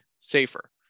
safer